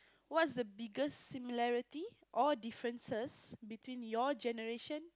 what's the biggest similarity or difference between your generation